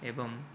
ଏବଂ